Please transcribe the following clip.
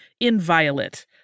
inviolate